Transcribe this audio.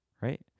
Right